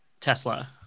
Tesla